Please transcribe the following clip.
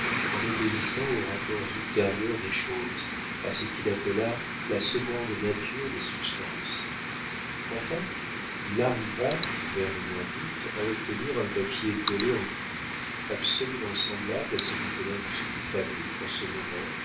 qu'en obéissant aux rapports ultérieurs des choses à ce qu'il appela la seconde nature des substances enfin il arriva vers le mois d'août à obtenir un papier collé en cuve absolument semblable à celui que l'industrie fabrique en ce moment